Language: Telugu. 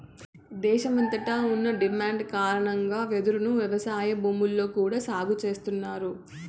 దేశమంతట ఉన్న డిమాండ్ కారణంగా వెదురును వ్యవసాయ భూముల్లో కూడా సాగు చేస్తన్నారు